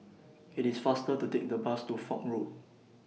IT IS faster to Take The Bus to Foch Road